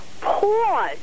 pause